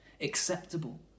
acceptable